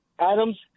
Adams